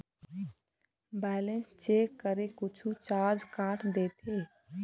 Balance check करें कुछू charge काट देथे?